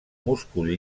múscul